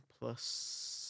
plus